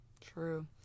True